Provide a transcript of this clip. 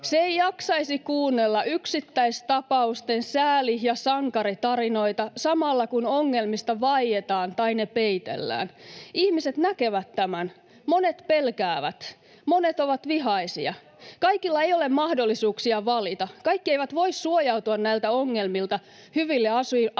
Se ei jaksaisi kuunnella yksittäistapausten sääli- ja sankaritarinoita, samalla kun ongelmista vaietaan tai ne peitellään. Ihmiset näkevät tämän. Monet pelkäävät. Monet ovat vihaisia. Kaikilla ei ole mahdollisuuksia valita; kaikki eivät voi suojautua näiltä ongelmilta hyville asuinalueille